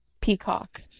peacock